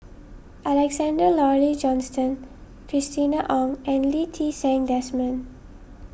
Alexander Laurie Johnston Christina Ong and Lee Ti Seng Desmond